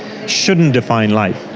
shouldn't define life.